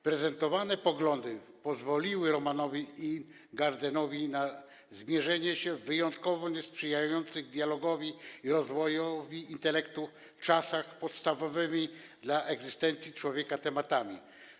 Prezentowane poglądy pozwoliły Romanowi Ingardenowi na zmierzenie się w wyjątkowo niesprzyjających dialogowi i rozwojowi intelektu czasach z podstawowymi dla egzystencji człowieka tematami.